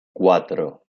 cuatro